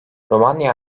romanya